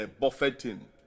buffeting